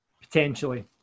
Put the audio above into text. Potentially